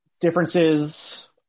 differences